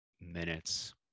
minutes